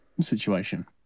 situation